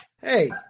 Hey